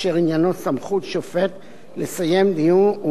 אשר עניינו סמכות שופט לסיים דיון,